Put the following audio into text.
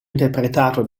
interpretato